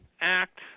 act